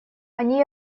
они